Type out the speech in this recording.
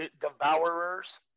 devourers